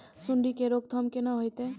सुंडी के रोकथाम केना होतै?